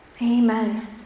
Amen